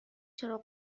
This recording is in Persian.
چراغ